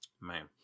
Man